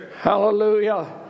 Hallelujah